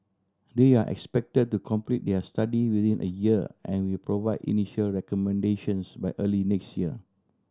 they are expected to complete their study within a year and will provide initial recommendations by early next year